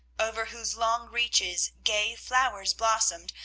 over whose long reaches gay flowers blossomed,